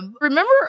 remember